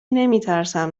نمیترسم